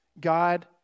God